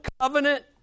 covenant